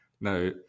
Now